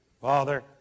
Father